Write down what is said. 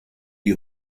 die